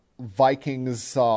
Vikings